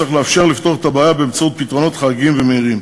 צריך לאפשר לפתור את הבעיה באמצעות פתרונות חריגים ומהירים.